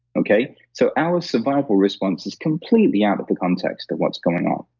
okay? so our survival response is completely out of the context of what's going on.